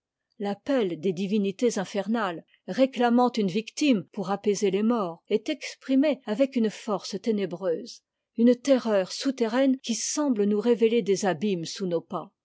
l'appel des divinités infernales réclamant une victime pour apaiser les morts est exprimé avec une force ténébreuse une terreur souterraine qui semble nous révéler des abîmes sous nos pas